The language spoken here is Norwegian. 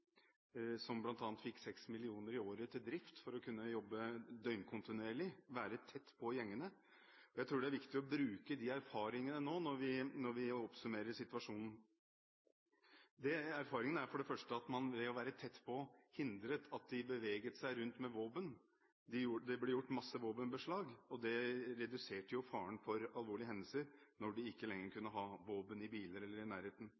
som bl.a. fikk 6 mill. kr i året til drift for å kunne jobbe døgnkontinuerlig og være tett på gjengene. Jeg tror det er viktig å bruke de erfaringene når vi nå oppsummerer situasjonen. Erfaringen er for det første at man ved å være tett på hindret at gjengmedlemmene beveget seg rundt med våpen. Det ble gjort masse våpenbeslag, og det reduserte faren for alvorlige hendelser når de ikke lenger kunne ha våpen i biler eller i nærheten.